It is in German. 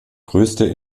größte